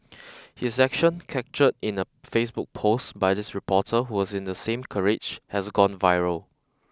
his action captured in a Facebook post by this reporter who was in the same carriage has gone viral